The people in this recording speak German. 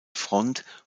front